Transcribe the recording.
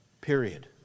period